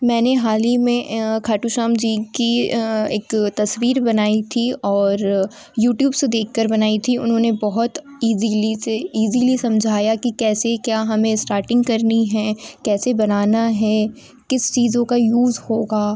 मैंने हाल ही में खाटू श्याम जी की एक तस्वीर बनाई थी और यूट्यूब से देख कर बनाई थी उन्होंने बहुत इज़िली से इज़िली समझाया कि कैसे क्या हमें स्टार्टिंग करनी है कैसे बनाना है किस चीज़ों का यूज़ होगा